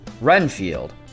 Renfield